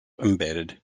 embedded